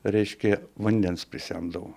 reiškia vandens prisemdavau